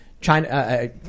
China